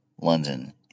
London